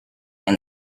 and